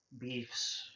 beefs